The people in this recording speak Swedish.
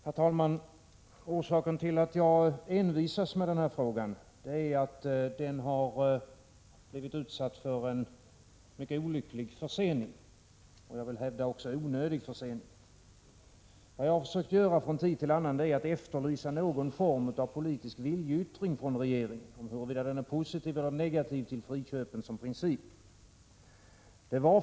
Herr talman! Orsaken till att jag envisas med denna fråga är att den har blivit utsatt för en mycket olycklig försening, och jag vill hävda att det också är en onödig försening. Vad jag har försökt göra från tid till annan är att efterlysa någon form av politisk viljeyttring från regeringen, antingen positiv eller negativ, till friköpet som princip.